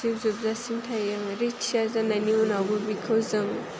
जिउ जोबजासिम थायो आरो रिटायार जानायनि उनावबो बिखौ जों